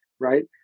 right